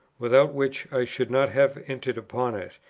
without which i should not have entered upon it,